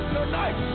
Tonight